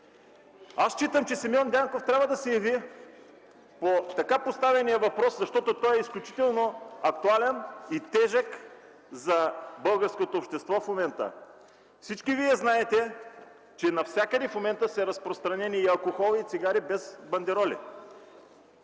Аз считам, че Симеон Дянков трябва да се яви по така поставения въпрос, защото сега той е изключително актуален и тежък за българското общество. Всички вие знаете, че навсякъде в момента са разпространени и алкохол, и цигари без бандероли,